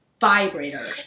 vibrator